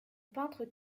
peintre